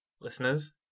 listeners